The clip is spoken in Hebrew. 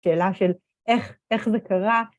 ‫שאלה של איך זה קרה.